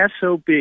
SOB